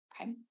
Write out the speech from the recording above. okay